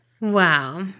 Wow